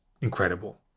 incredible